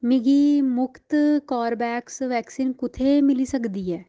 मिगी मुख्त Corbevax vaccine कु'त्थै मिली सकदी ऐ